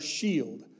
Shield